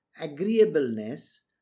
agreeableness